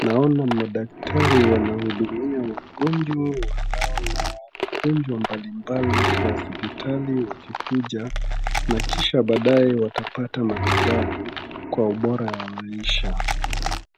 naona madaktari wanahudumia wagonjwa wanao na magonjwa mbalimbali kwa hospitali wakikuja na kisha baadaye watapata matibabu kwa ubora ya maisha.